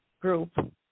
group